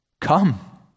Come